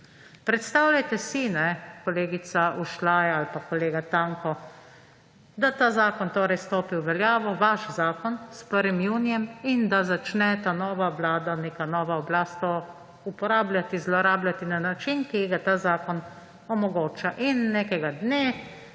Predstavljajte si, kolegica Ušaj ali pa kolega Tanko, da ta zakon stopi v veljavo, vaš zakon, s 1. junijem in da začne ta nova vlada, neka nova oblast to uporabljati, zlorabljati na način, ki ga ta zakon omogoča. In nekega dne